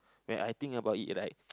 when I think about it right